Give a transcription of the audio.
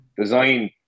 design